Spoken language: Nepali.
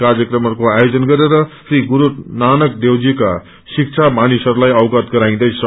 क कार्यक्रमहरूको आयोजन गरेर श्री गुरू नानक देवजीका शिसा मानिसहरूलाई अवगत गराइन्दिछ